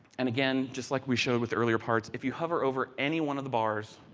and again, just like we showed with earlier parts, if you hover over any one of the bars,